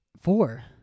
Four